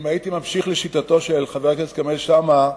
אם הייתי ממשיך לשיטתו של חבר הכנסת כרמל שאמה,